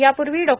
यापूर्वी डॉ